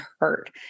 hurt